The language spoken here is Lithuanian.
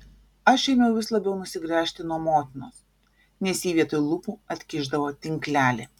aš ėmiau vis labiau nusigręžti nuo motinos nes ji vietoj lūpų atkišdavo tinklelį